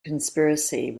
conspiracy